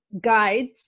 guides